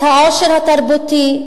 את העושר התרבותי,